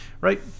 Right